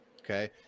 okay